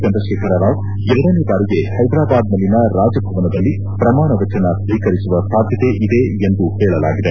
ಚಂದ್ರಶೇಖರ ರಾವ್ ಎರಡನೇ ಬಾರಿಗೆ ಹೈದರಾಬಾದ್ನಲ್ಲಿನ ರಾಜಭವನದಲ್ಲಿ ಪ್ರಮಾಣ ವಚನ ಸ್ವೀಕರಿಸುವ ಸಾಧ್ಯತೆ ಇದೆ ಎಂದು ಹೇಳಲಾಗಿದೆ